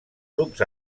grups